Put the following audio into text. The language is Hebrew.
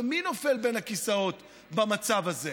ומי נופל בין הכיסאות במצב הזה?